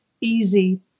easy